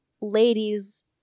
ladies